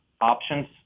options